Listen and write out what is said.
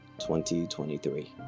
2023